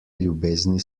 ljubezni